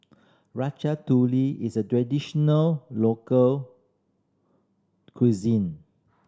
ratatouille is a traditional local cuisine